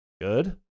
Good